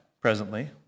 presently